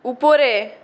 উপরে